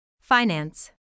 Finance